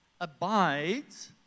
abides